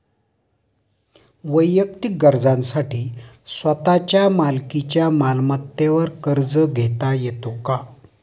वैयक्तिक गरजांसाठी स्वतःच्या मालकीच्या मालमत्तेवर कर्ज घेता येतो का?